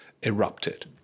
erupted